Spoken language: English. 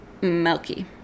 Milky